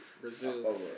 Brazil